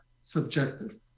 subjective